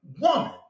woman